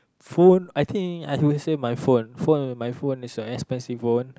phone I think I would say my phone phone my phone is a expensive phone